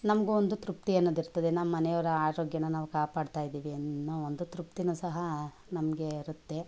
ನಮಗೂ ಒಂದು ತೃಪ್ತಿ ಅನ್ನೋದಿರ್ತದೆ ನಮ್ಮ ಮನೆಯವ್ರ ಆರೋಗ್ಯನ ನಾವು ಕಾಪಾಡ್ತಾ ಇದ್ದೀವಿ ಅನ್ನೋ ಒಂದು ತೃಪ್ತಿನು ಸಹ ನಮಗೆ ಇರುತ್ತೆ